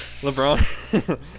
LeBron